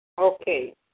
Okay